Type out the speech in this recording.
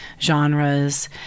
genres